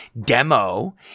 Demo